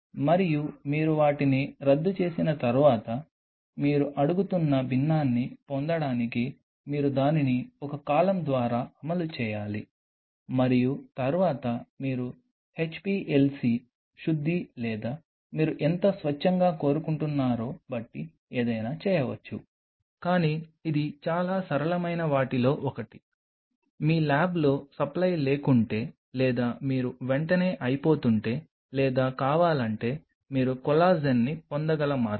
మరియు మీరు వాటిని రద్దు చేసిన తర్వాత మీరు అడుగుతున్న భిన్నాన్ని పొందడానికి మీరు దానిని ఒక కాలమ్ ద్వారా అమలు చేయాలి మరియు తర్వాత మీరు HPLC శుద్ధి లేదా మీరు ఎంత స్వచ్ఛంగా కోరుకుంటున్నారో బట్టి ఏదైనా చేయవచ్చు కానీ ఇది చాలా సరళమైన వాటిలో ఒకటి మీ ల్యాబ్లో సప్లై లేకుంటే లేదా మీరు వెంటనే అయిపోతుంటే లేదా కావాలంటే మీరు కొల్లాజెన్ని పొందగల మార్గాలు